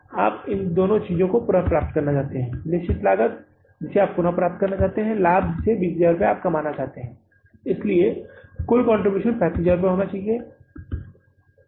आप दो चीजों को पुनर्प्राप्त करना चाहते हैं निश्चित लागत जिसे आप पुनर्प्राप्त करना चाहते हैं लाभ जिसे आप 20000 रुपये के रूप में कमाना चाहते हैं इसलिए कुल कंट्रीब्यूशन 35000 रुपये होना चाहिए यह 35000 रुपये होना चाहिए